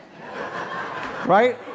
Right